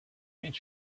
meet